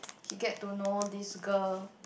he get to know this girl